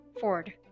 Ford